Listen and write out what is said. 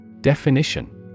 Definition